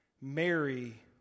Mary